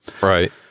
Right